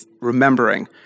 remembering